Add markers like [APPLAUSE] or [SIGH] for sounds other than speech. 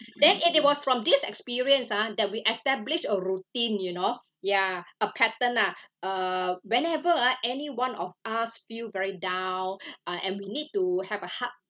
then it it was from this experience ah that we established a routine you know ya a pattern nah uh whenever ah any one of us feel very down [BREATH] and we need to have a hug